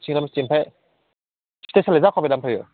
सिंग्रा मिस्थि ओमफ्राय स्टेजआलाय जाखाबायदा ओमफ्रायो